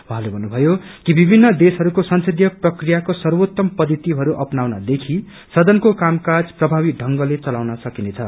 उहाँले भन्नुभयो कि विभिन्न देशहरूको संदीय प्रक्रियाको सर्वोत्तत पद्धतिहरू अपनाउनदेखि सदनको कामकाज प्रभावी ढंगले चलाउन सकिनेछ